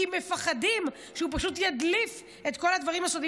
כי מפחדים שהוא פשוט ידליף את כל הדברים הסודיים.